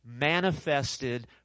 manifested